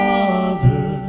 Father